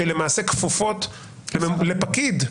שלמעשה כפופות לפקיד.